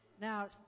Now